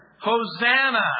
Hosanna